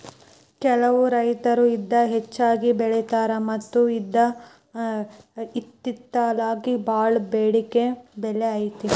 ಕೆಲವು ರೈತರು ಇದ ಹೆಚ್ಚಾಗಿ ಬೆಳಿತಾರ ಮತ್ತ ಇದ್ಕ ಇತ್ತಿತ್ತಲಾಗ ಬಾಳ ಬೆಡಿಕೆ ಬೆಲೆ ಐತಿ